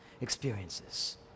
experiences